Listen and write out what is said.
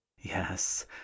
yes